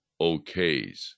okays